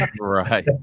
Right